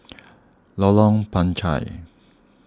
Lorong Panchar